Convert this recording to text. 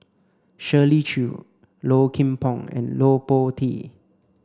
Shirley Chew Low Kim Pong and Po Tee